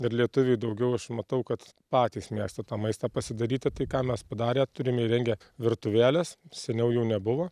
ir lietuviai daugiau aš matau kad patys mėgsta tą maistą pasidaryti tai ką mes padarę turim įrengę virtuvėles seniau jų nebuvo